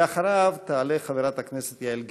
אחריו תעלה חברת הכנסת יעל גרמן.